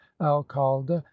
alcalde